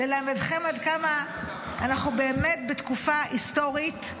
ללמדכם עד כמה אנחנו באמת בתקופה היסטורית.